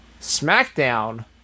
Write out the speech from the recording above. SmackDown